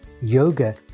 yoga